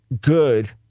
good